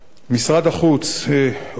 משרד החוץ עוקב